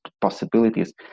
possibilities